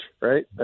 Right